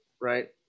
Right